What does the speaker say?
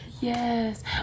yes